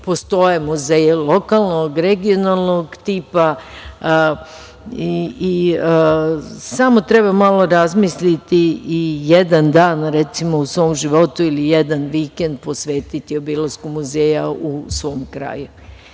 postoje muzeji lokalnog, regionalnog tipa. Samo treba malo razmisliti i jedan dan u svom životu ili jedan vikend posvetiti obilasku muzeja u svom kraju.